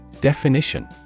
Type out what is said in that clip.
definition